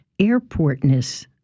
Airportness